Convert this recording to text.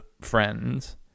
friends